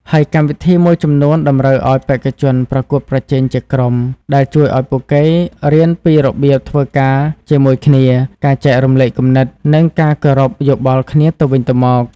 ហើយកម្មវិធីមួយចំនួនតម្រូវឲ្យបេក្ខជនប្រកួតប្រជែងជាក្រុម ដែលជួយឲ្យពួកគេរៀនពីរបៀបធ្វើការជាមួយគ្នា ការចែករំលែកគំនិត និងការគោរពយោបល់គ្នាទៅវិញទៅមក។